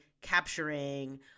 capturing